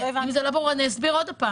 אם זה לא ברור אני אסביר שוב.